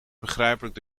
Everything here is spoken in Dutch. begrijpelijk